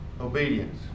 Obedience